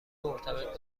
مرتبط